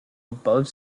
above